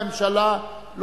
חוץ מזה, אתם תמיד באותה ממשלה.